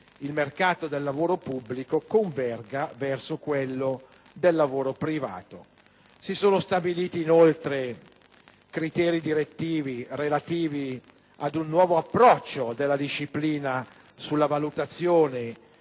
il mercato del lavoro pubblico converga verso quello del lavoro privato. Si sono stabiliti, inoltre, criteri direttivi relativi ad un nuovo approccio della disciplina sulla valutazione